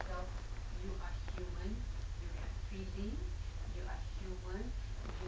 what I think